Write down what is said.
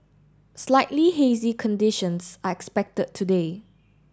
slightly hazy conditions are expected today